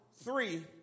Three